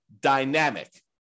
dynamic